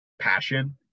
passion